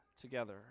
together